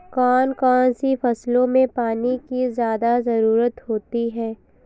कौन कौन सी फसलों में पानी की ज्यादा ज़रुरत होती है?